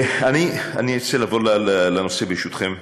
אני רוצה לעבור לנושא, ברשותכם.